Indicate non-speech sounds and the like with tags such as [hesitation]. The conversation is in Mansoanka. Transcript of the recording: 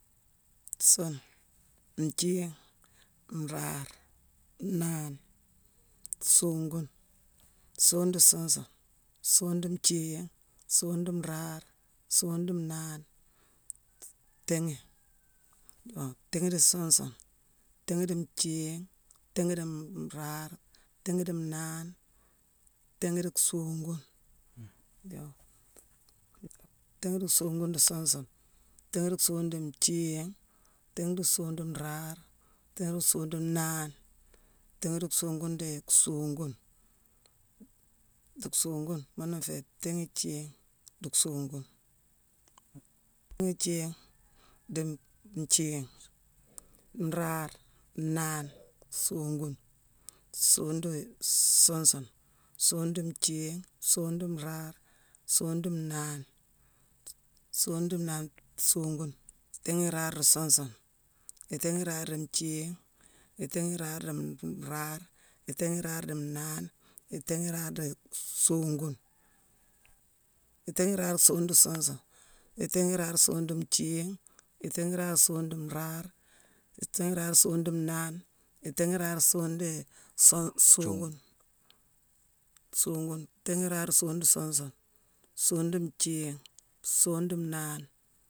Suune, nthiigh, nraare, nnaane, songune, songune dii suune, songune dii nthiigh, songune dii nraare, songune dii nnaane, tééghi. [hesitation] yoo tééghi dii suun sune, tééghi dii nthiigh, tééghi dii nraaare, tééghi dii nnaane, tééghi dii songune, yoo tééghi dii songune dii suune sune, tééghi dii songune dii nthiigh, tééghi dii songune dii nraare, tééghi dii songune dii nnaane, tééghi dii songune dii songune, dii songune muuna nféé itééghi ithiigh dii songune, itééghi ithiigh dii nthiigh, nraare, nnaane, songune, songune dii suun sune, songune dii nthiigh, songune dii nraare, songune dii nnaane-songune dii nnaane, songune, itééghi iraare dii suun sune, itééghi iraare dii nthiigh, itééghi iraare dii nraare, itééghi iraare dii nnane, itééghi iraare dii songune, itééghi iraare dii songune dii suun sune, itééghi iraare dii songune dii nthiigh, itééghi iraare dii songune dii nraare, itééghi iraare dii songune dii nnaane, itééghi iraare dii songune dii-song-songune [noise] songune, itééghi iraare diii songune dii suun sune, songune dii nthiigh, songune dii nnaane